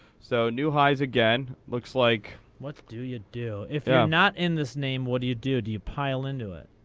so new highs again. looks like what do you do? if you're um not in this name, what do you do? do you pile into it?